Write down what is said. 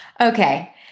Okay